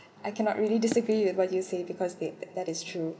I cannot really disagree with what you say because they that is true